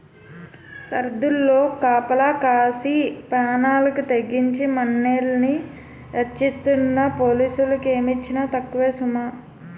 సరద్దుల్లో కాపలా కాసి పేనాలకి తెగించి మనల్ని రచ్చిస్తున్న పోలీసులకి ఏమిచ్చినా తక్కువే సుమా